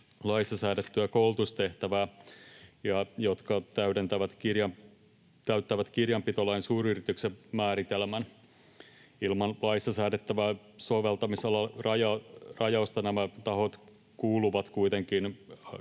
laissa säädettyä koulutustehtävää ja jotka täyttävät kirjanpitolain suuryrityksen määritelmän. Ilman laissa säädettävää soveltamisalan rajausta nämä tahot kuuluvat kuitenkin